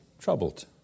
troubled